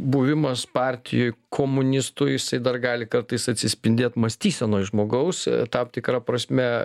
buvimas partijoj komunistų jisai dar gali kartais atsispindėt mąstysenoj žmogaus tam tikra prasme